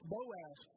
Boaz